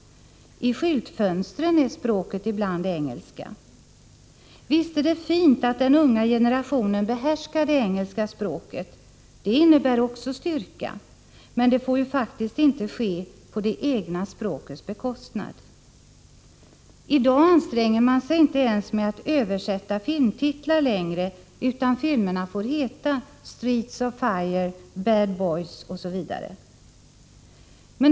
I skyltfönstren är språket ibland engelska. Visst är det fint att den unga generationen behärskar det engelska språket — det innebär också styrka — men det får faktiskt inte gå ut över det egna språket. I dag anstränger man sig inte ens med att översätta filmtitlar längre, utan filmerna får heta ”Streets of Fire”, ”Bad Boys” osv.